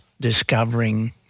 discovering